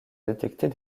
détecter